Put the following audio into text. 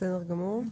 בסדר גמור.